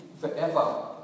forever